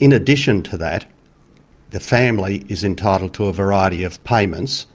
in addition to that the family is entitled to a variety of payments